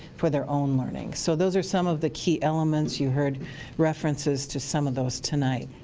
for their own learning, so those are some of the key elements you heard references to some of those tonight.